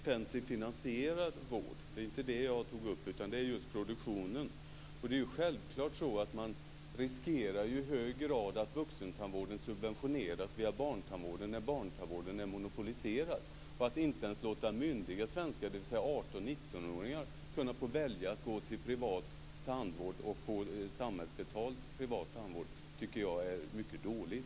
Fru talman! Det var inte offentligt finansierad vård utan just produktionen som jag tog upp. Man riskerar självklart i hög grad att vuxentandvården blir subventionerad via barntandvården när barntandvården är monopoliserad. Att man inte ens låter myndiga svenskar, 18-19-åringar, välja att gå till samhällsbetald privat tandvård tycker jag är mycket dåligt.